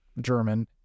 German